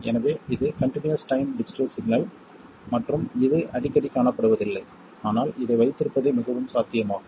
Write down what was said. எனவே இது continuous time digital signal மற்றும் இது அடிக்கடி காணப்படுவதில்லை ஆனால் இதை வைத்திருப்பது மிகவும் சாத்தியமாகும்